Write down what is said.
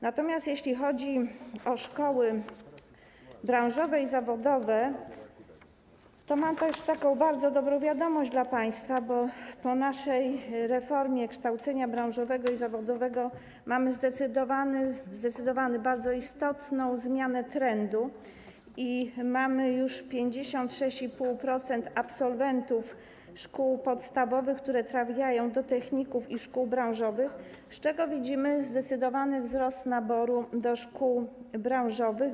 Natomiast jeśli chodzi o szkoły branżowe i zawodowe, to mam bardzo dobrą wiadomość dla państwa, bo po naszej reformie kształcenia branżowego i zawodowego mamy zdecydowaną, bardzo istotną zmianę trendu i mamy już 56,5% absolwentów szkół podstawowych, którzy trafiają do techników i szkół branżowych, i widzimy zdecydowany wzrost naboru do szkół branżowych.